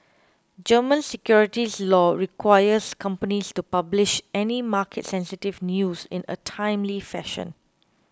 German securities law requires companies to publish any market sensitive news in a timely fashion